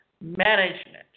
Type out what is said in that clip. management